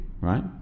right